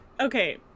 okay